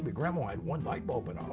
but grandma had one light bulb in um